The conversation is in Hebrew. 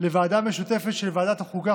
לוועדת משותפת ושל ועדת החוקה,